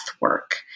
work